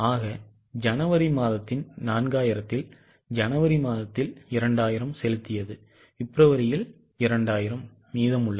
ஆக ஜனவரி மாதத்தின் 4000ல் ஜனவரி மாதத்தில் 2000 செலுத்தியது பிப்ரவரியில் 2000 மீதமுள்ளது